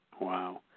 Wow